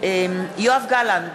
יואב גלנט,